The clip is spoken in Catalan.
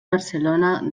barcelona